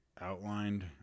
outlined